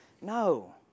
No